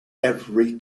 every